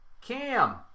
Cam